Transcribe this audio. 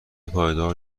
پایدار